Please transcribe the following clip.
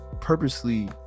purposely